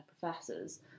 professors